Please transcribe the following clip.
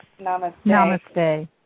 Namaste